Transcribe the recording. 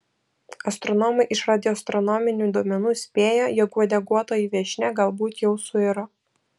astronomai iš radioastronominių duomenų spėja jog uodeguotoji viešnia galbūt jau suiro